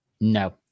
no